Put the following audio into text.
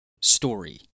story